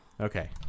Okay